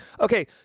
Okay